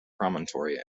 promontory